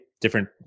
different